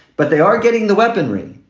but they are getting the weaponry.